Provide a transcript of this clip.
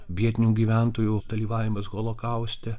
vietinių gyventojų dalyvavimas holokauste